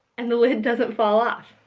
and the lid doesn't fall off.